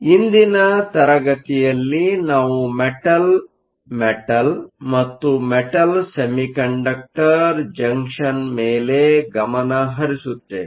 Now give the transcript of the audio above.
ಇಂದಿನ ತರಗತಿಯಲ್ಲಿ ನಾವು ಮೆಟಲ್ ಮೆಟಲ್ ಮತ್ತು ಮೆಟಲ್ ಸೆಮಿಕಂಡಕ್ಟರ್ ಜಂಕ್ಷನ್ ಮೇಲೆ ಗಮನ ಹರಿಸುತ್ತೇವೆ